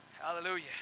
Hallelujah